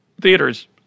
theaters